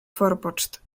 forpoczt